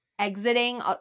exiting